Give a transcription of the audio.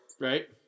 Right